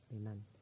Amen